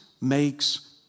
makes